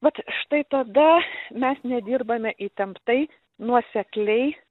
vat štai tada mes nedirbame įtemptai nuosekliai